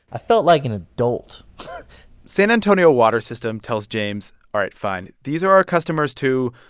i felt like an adult san antonio water system tells james, all right, fine, these are our customers, too.